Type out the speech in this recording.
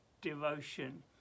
devotion